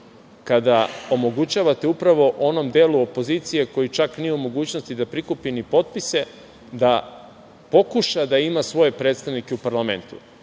kada omogućavate upravo onom delu opozicije koji čak nije u mogućnosti da prikupi ni potpise da pokuša da ima svoje predstavnike u parlamentu? Mi